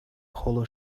polo